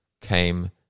came